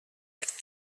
back